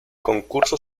concurso